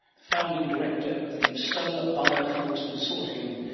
the founding director of the solar biofuels consortium,